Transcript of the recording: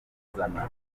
kuzana